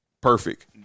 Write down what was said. perfect